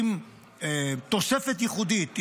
עם תוספת ייחודית,